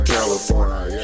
California